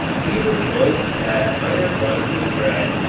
we rejoice that iron rust is red,